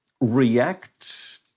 react